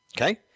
okay